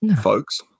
folks